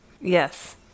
yes